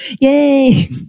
Yay